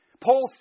Paul